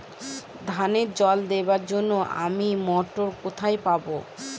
ধানে জল দেবার জন্য আমি মটর কোথায় পাবো?